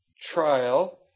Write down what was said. trial